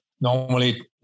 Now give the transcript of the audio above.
normally